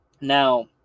Now